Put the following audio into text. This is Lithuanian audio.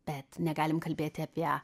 bet negalim kalbėti apie